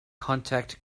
contact